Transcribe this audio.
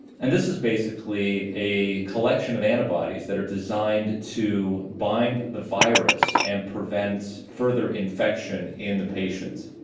and this is basically a collection of antibodies that are designed to bind the virus and prevent further infection in the patient.